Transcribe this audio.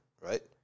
right